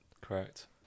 Correct